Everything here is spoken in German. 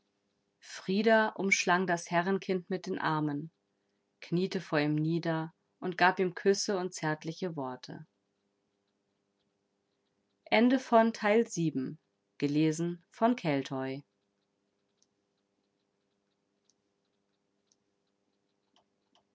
frida umschlang das herrenkind mit den armen kniete vor ihm nieder und gab ihm küsse und zärtliche worte